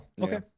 okay